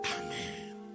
amen